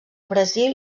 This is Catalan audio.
brasil